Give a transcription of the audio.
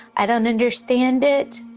i don't understand it.